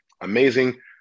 amazing